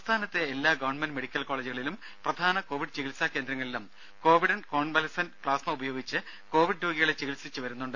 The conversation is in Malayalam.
സംസ്ഥാനത്തെ എല്ലാ ഗവൺമെന്റ് മെഡിക്കൽ കോളജുകളിലും പ്രധാന കോവിഡ് ചികിത്സാ കേന്ദ്രങ്ങളിലും കോവിഡ് കോൺവലസന്റ് പ്ലാസ്മ ഉപയോഗിച്ച് കോവിഡ് രോഗികളെ ചികിത്സിച്ചു വരുന്നുണ്ട്